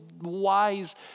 wise